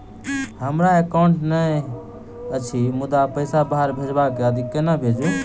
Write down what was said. हमरा एकाउन्ट नहि अछि मुदा पैसा बाहर भेजबाक आदि केना भेजू?